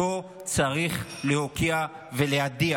אותו צריך להוקיע ולהדיח.